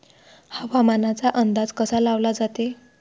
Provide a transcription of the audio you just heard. हवामानाचा अंदाज कसा लावला जाते?